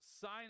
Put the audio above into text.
Sign